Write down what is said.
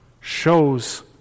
shows